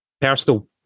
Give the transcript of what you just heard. personal